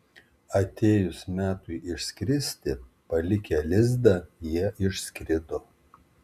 atėjus metui išskristi palikę lizdą jie išskrido